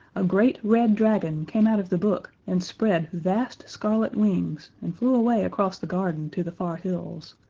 a great red dragon came out of the book and spread vast scarlet wings and flew away across the garden to the far hills,